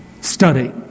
study